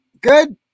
Good